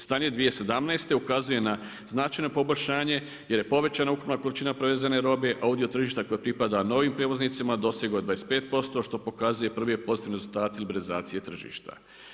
Stanje 2017. ukazuje na značajno poboljšanje jer je povećana količina prevezene robe a udio tržišta koji pripada novim prijevoznicima dosegao je 25% što pokazuje prve pozitivne rezultate liberalizacije tržišta.